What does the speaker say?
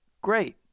great